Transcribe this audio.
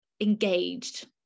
engaged